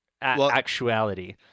actuality